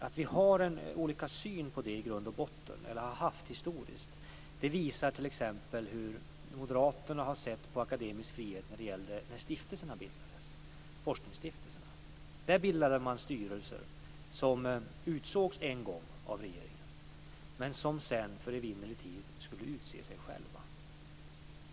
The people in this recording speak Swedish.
Att vi historiskt har haft en i grund och botten olika syn visar hur t.ex. moderaterna har sett på frågan om akademisk frihet när forskningsstiftelserna bildades. Där bildades styrelser som en gång utsågs av regeringen, men som sedan för evinnerlig tid skulle utse sig själva.